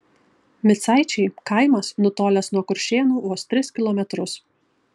micaičiai kaimas nutolęs nuo kuršėnų vos tris kilometrus